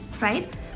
right